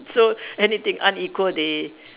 so anything unequal they